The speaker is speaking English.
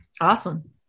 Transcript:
Awesome